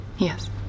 Yes